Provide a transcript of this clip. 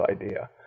idea